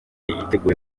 yiteguye